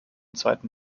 zweiten